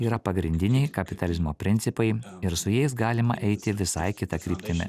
yra pagrindiniai kapitalizmo principai ir su jais galima eiti visai kita kryptimi